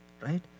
right